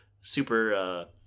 super